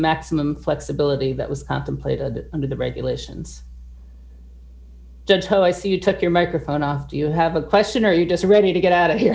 maximum flexibility that was contemplated under the regulations oh i see you took your microphone off do you have a question are you just ready to get out of